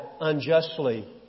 unjustly